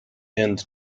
end